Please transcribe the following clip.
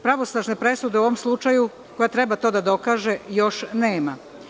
Pravosnažne presude u ovom slučaju, koje treba to da dokažu, još nema.